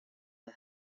the